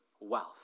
wealth